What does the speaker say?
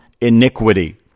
iniquity